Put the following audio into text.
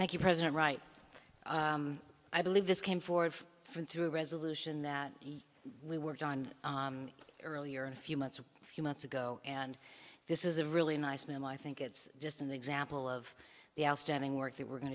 you president right i believe this came forward through a resolution that we worked on earlier in a few months a few months ago and this is a really nice memo i think it's just an example of the outstanding work that we're going